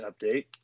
update